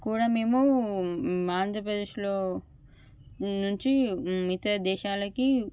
కూడా మేము ఆంధ్రప్రదేశ్లో నుంచి ఇతర దేశాలకి